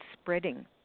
spreading